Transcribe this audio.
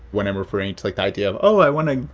when i'm referring to, like, the idea of oh, i want to,